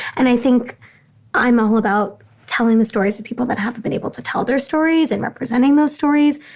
and i think i'm all about telling the stories of people that haven't been able to tell their stories and representing those stories.